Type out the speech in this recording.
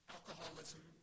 Alcoholism